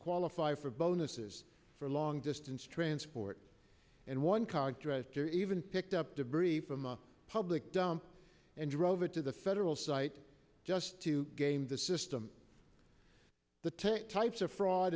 qualify for bonuses for long distance transport and one contractor even picked up debris from a public dump and drove it to the federal site just to game the system the tape types of fraud